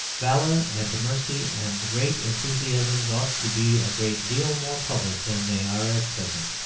valour and mercy and the great enthusiasms ought to be a great deal more public than they are at present.